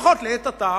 לפחות לעת עתה,